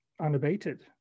unabated